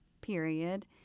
period